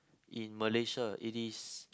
in Malaysia it is